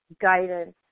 guidance